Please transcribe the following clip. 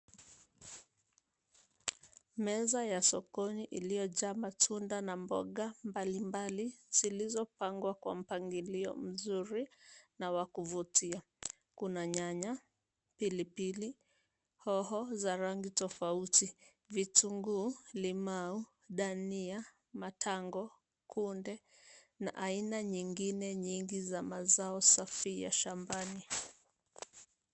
Meza ya sokoni iliyojaa matunda na mboga mbalimbali zilizopangwa kwa mpangilio mzuri na wa kuvutia. Kuna nyanya, pilipili hoho za rangi tofauti, vitunguu, limau, dania, matango, kunde na aina nyingine nyingi za mazao safi ya shambani.